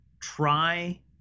try